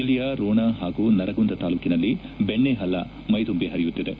ಜಿಲ್ಲೆಯ ರೋಣ ಪಾಗೂ ನರಗುಂದ ತಾಲೂಕಿನಲ್ಲಿ ಬೆಣ್ಣಪಳ್ಳ ಮೈದುಂದಿ ಪರಿಯುತ್ತಿದೆ